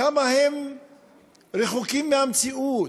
כמה הם רחוקים מהמציאות.